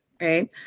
right